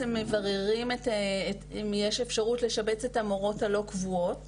הם מבררים אם יש את המורות הלא קבועות